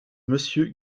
monsieur